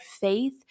faith